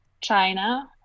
China